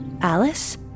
Alice